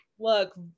Look